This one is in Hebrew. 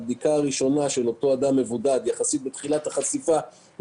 הבדיקה הראשונה של אותו אדם מבודד בתחילת החשיפה יחסית,